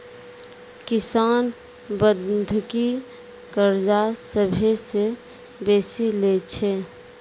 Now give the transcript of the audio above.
किसान बंधकी कर्जा सभ्भे से बेसी लै छै